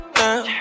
now